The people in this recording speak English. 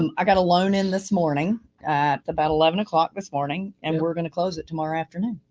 and i got a loan in this morning at about eleven o'clock this morning, and we're going to close it tomorrow afternoon.